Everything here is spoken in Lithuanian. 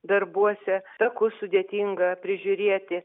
darbuose takus sudėtinga prižiūrėti